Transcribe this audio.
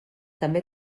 també